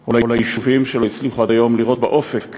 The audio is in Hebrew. או ליישובים, שלא הצליחו עד היום לראות באופק